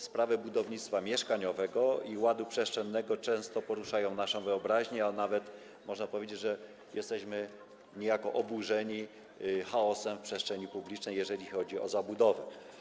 Sprawy budownictwa mieszkaniowego i ładu przestrzennego często poruszają naszą wyobraźnię, a nawet można powiedzieć, że jesteśmy niejako oburzeni chaosem w przestrzeni publicznej, jeżeli chodzi o zabudowę.